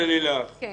יש ללילך את ההגדרה.